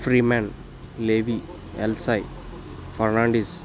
ಫ್ರೀಮೆನ್ Levi Elsie Fernandes